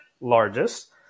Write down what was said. largest